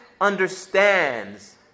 understands